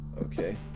Okay